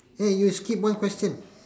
eh you skip one question